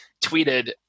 tweeted